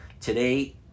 today